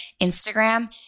Instagram